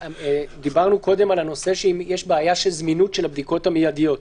דיברנו על הנושא אם יש בעיית זמינות של הבדיקות המיידיות.